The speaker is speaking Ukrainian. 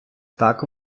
так